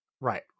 Right